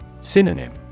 Synonym